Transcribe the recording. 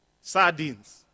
Sardines